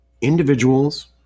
individuals